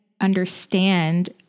Understand